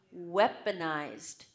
weaponized